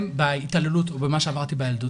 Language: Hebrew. בהתעללות או במה שעברתי בילדות.